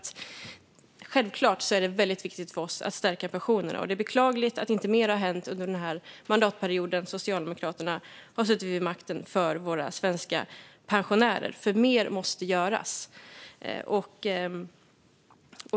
Självklart är det väldigt viktigt för oss att stärka pensionerna, och det är beklagligt att mer inte har hänt för våra svenska pensionärer under den här mandatperioden då Socialdemokraterna har suttit vid makten. Mer måste göras.